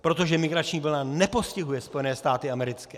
Protože migrační vlna nepostihuje Spojené státy americké.